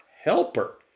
helper